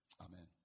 Amen